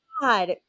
God